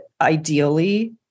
ideally